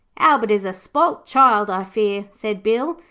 albert is a spoilt child, i fear said bill,